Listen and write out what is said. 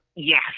Yes